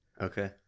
Okay